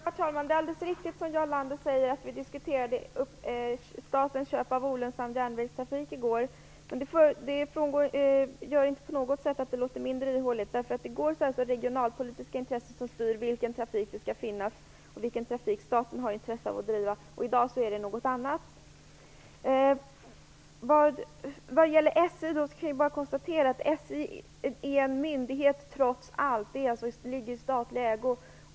Herr talman! Det är alldeles riktigt som Jarl Lander säger att vi diskuterade statens köp av olönsam järnvägstrafik i går. Men det gör inte på något sätt att det Jarl Lander säger låter mindre ihåligt. I går var det alltså regionalpolitiska intressen som styr vilken trafik som skall finnas och vilken trafik staten har intresse av att driva, i dag är det något annat. Jag kan bara konstatera att SJ trots allt är en myndighet. SJ är i statlig ägo.